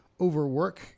overwork